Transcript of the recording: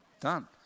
done